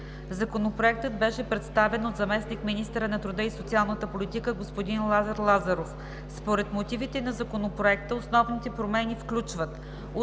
Законопроектът беше представен от заместник-министъра на труда и социалната политика господин Лазар Лазаров. Според мотивите на Законопроекта основните промени включват: